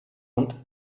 und